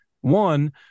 One